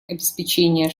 обеспечения